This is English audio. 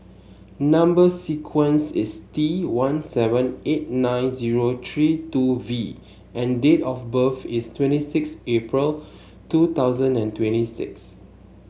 number sequence is T one seven eight nine zero three two V and date of birth is twenty six April two thousand and twenty six